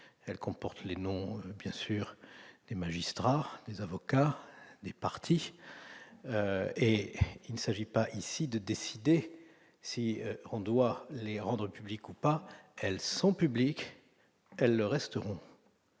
Elles comportent les noms des magistrats, des avocats et des parties. Il ne s'agit pas ici de décider si l'on doit les rendre publiques ou pas : elles sont publiques, et elles le resteront.